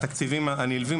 התקציבים הנלווים,